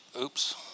oops